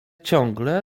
ciągle